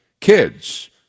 kids